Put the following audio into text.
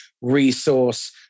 resource